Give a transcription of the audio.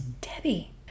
Debbie